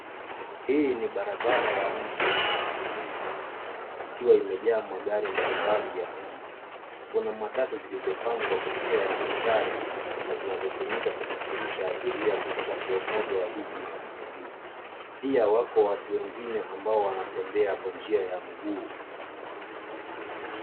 Hii ni barabra ya mji yenye shughuli nyingi mno, ikiwa imejaa magari mbalimbali ya umma. Kuna matatu zilizopangwa kwa njia ya mstari, na zinazotumika kusafirisha abiria kutoka sehemu moja ya jiji hadi nyingine. Pia, wako watu wengine ambao wanatembea kwa njia ya mguu.